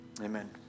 Amen